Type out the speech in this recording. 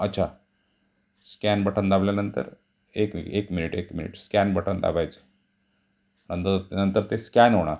अच्छा scan button दाबल्यानंतर एक एक मिनिट एक मिनिट स्कॅन बटण दाबायचं नंतर नंतर ते स्कॅन होणार